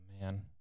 man